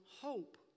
hope